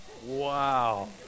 Wow